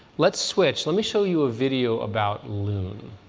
let's switch, let me show you a video about loon.